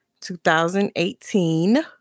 2018